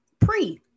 pre